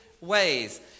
ways